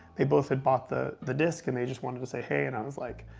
they both had bought the the disk, and they just wanted to say hey, and i was like,